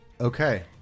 Okay